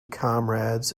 comrades